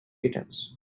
kittens